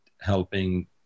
helping